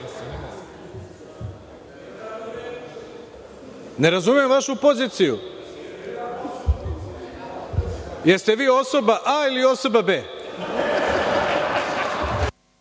ne razumem vašu poziciju. Jeste li vi osoba A ili osoba B?